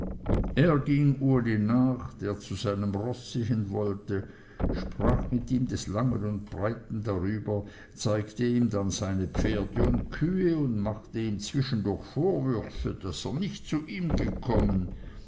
er ging uli nach der zu seinem roß sehen wollte sprach mit ihm des langen und breiten darüber zeigte ihm dann seine pferde und kühe und machte ihm zwischendurch vorwürfe daß er nicht zu ihm gekommen